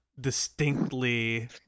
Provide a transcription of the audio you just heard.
distinctly